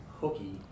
hooky